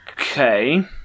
Okay